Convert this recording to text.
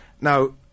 now